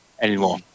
anymore